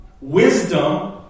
Wisdom